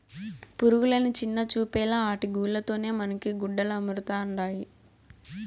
పురుగులని చిన్నచూపేలా ఆటి గూల్ల తోనే మనకి గుడ్డలమరుతండాయి